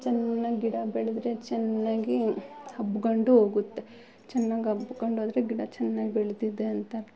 ಚೆನ್ನಾಗ್ ಗಿಡ ಬೆಳೆದ್ರೆ ಚೆನ್ನಾಗಿ ಹಬ್ಗಂಡು ಹೋಗುತ್ತೆ ಚೆನ್ನಾಗ್ ಹಬ್ಕೊಂಡೋದ್ರೆ ಗಿಡ ಚೆನ್ನಾಗ್ ಬೆಳೆದಿದೆ ಅಂತ ಅರ್ಥ